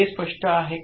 हे स्पष्ट आहे का